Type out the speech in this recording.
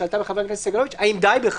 שעלתה מחבר הכנסת סגלוביץ': האם די בכך?